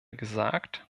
gesagt